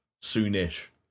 soon-ish